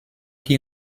qui